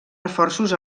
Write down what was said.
reforços